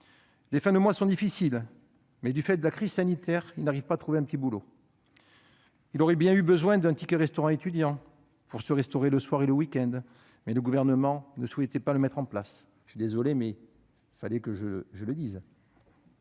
Les fins de mois sont difficiles ; du fait de la crise sanitaire, il n'arrive pas à trouver de petit boulot. Il aurait bien eu besoin d'un ticket restaurant étudiant pour se nourrir le soir et le week-end, mais le Gouvernement ne souhaitait pas le mettre en place. Je suis désolé, madame la secrétaire